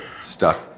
stuck